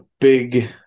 big